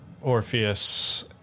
Orpheus